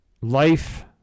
life